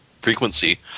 frequency